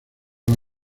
los